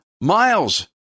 miles